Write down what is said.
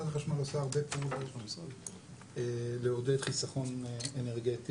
חברת החשמל עושה הרבה פעולות לעודד חיסכון אנרגטי.